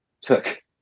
took